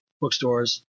bookstores